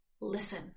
Listen